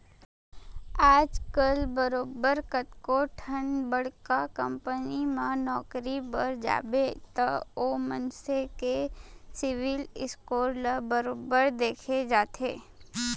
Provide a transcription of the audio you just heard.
आजकल बरोबर कतको ठन बड़का कंपनी म नौकरी बर जाबे त ओ मनसे के सिविल स्कोर ल बरोबर देखे जाथे